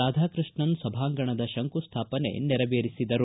ರಾಧಾಕೃಷ್ಣನ್ ಸಭಾಂಗಣದ ಶಂಕುಸ್ಥಾಪನೆ ನೆರವೇರಿಸಿದರು